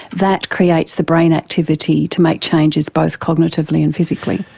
that creates the brain activity to make changes, both cognitively and physically.